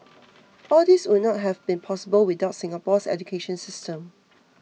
all these would not have been possible without Singapore's education system